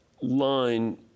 line